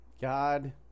God